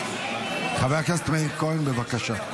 חבר הכנסת מאיר כהן, בבקשה.